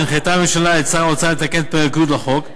הנחתה הממשלה את שר האוצר לתקן את פרק י' לחוק,